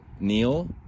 Neil